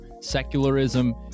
secularism